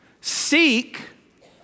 Seek